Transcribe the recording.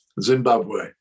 Zimbabwe